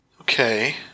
Okay